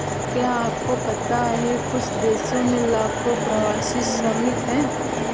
क्या आपको पता है कुछ देशों में लाखों प्रवासी श्रमिक हैं?